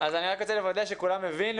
אז אני רק רוצה לוודא שכולם הבינו,